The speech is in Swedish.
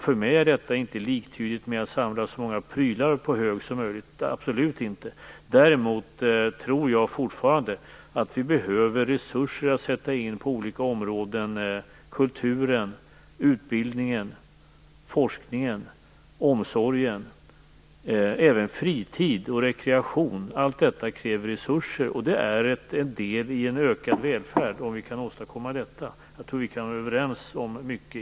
För mig är detta inte liktydigt med att samla så många prylar som möjligt på hög, absolut inte. Däremot tror jag fortfarande att vi behöver resurser att sätta in på olika områden, t.ex. kulturen, utbildningen, forskningen, omsorgen och även fritid och rekreation. Allt detta kräver resurser. Om vi kan åstadkomma detta, är det en del i en ökad välfärd. Jag tror att vi i grund och botten kan vara överens om mycket.